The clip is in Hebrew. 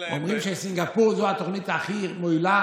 אומרים שסינגפור היא התוכנית הכי מועילה